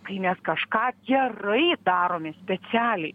kai mes kažką gerai darome specialiai